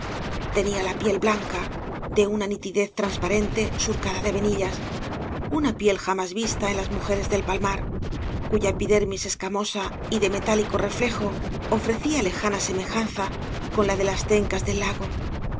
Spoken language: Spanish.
tenía la piel blanca de una nitidez transparente surcada de venillas una piel jamás vista en las mujeres del palmar cuya epidermis escamosa y de metálico reflejo ofrecía lejana semejanza con la de las tencas del lago sus